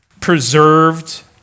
preserved